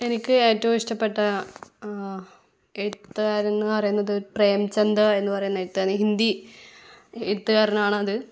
എനിക്ക് ഏറ്റവും ഇഷ്ടപ്പെട്ട എഴുത്തുകാരൻ എന്ന് പറയുന്നത് പ്രേംചന്ദ് എന്ന് പറയുന്ന എഴുത്തുകാരനാണ് ഹിന്ദി എഴുത്തുകാരനാണത്